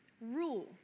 rule